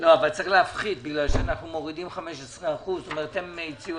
אבל צריך להפחית כי אנחנו מורידים 15%. כלומר הם הציעו